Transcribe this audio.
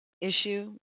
issue